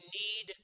need